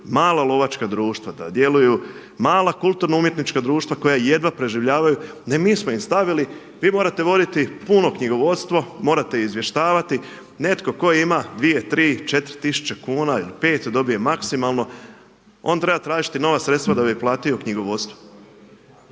mala lovačka društva, da djeluju mala kulturno umjetnička društva koja jedva preživljavaju. Ne mi smo im stavili, vi morate voditi puno knjigovodstvo, morate izvještavati. Netko tko ima 2, 3, 4 tisuće kuna ili 5 dobije maksimalno, on treba tražiti nova sredstva da bi platio knjigovodstvo.